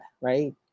right